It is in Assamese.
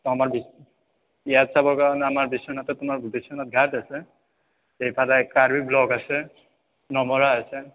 অঁ আমাৰ বিচ ইয়াত চাবৰ কাৰণে আমাৰ বিশ্বনাথত তোমাৰ বিশ্বনাথ ঘাট আছে এইফালে কাৰ্বি ব্ল'ক আছে নমৰা আছে